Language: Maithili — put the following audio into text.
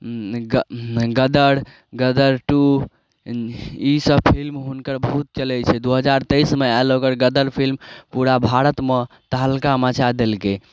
गद गदर गदर टू इसब फिल्म हुनकर बहुत चलै छै दू हजार तइसमे आयल ओकर गदर फिल्म पूरा भारतमे तहलका मचा देलकै